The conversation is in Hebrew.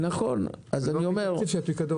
ולא מהתקציב של הפיקדון.